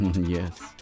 Yes